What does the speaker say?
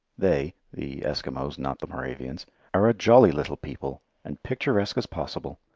they the eskimos, not the moravians are a jolly little people, and picturesque as possible.